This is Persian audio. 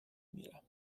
میرم